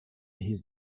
his